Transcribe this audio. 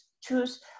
choose